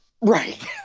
right